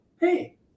Hey